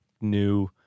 new